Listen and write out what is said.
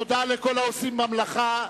תודה לכל העושים במלאכה.